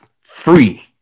free